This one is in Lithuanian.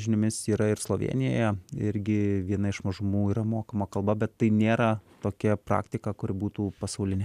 žiniomis yra ir slovėnijoje irgi viena iš mažumų yra mokama kalba bet tai nėra tokia praktika kuri būtų pasaulinė